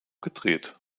gedreht